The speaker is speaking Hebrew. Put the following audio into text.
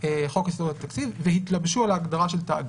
חוק יסודות התקציב והתלבשו על ההגדרה של תאגיד.